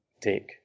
take